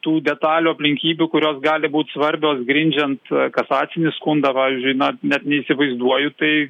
tų detalių aplinkybių kurios gali būt svarbios grindžiant kasacinį skundą pavyzdžiui na net neįsivaizduoju tai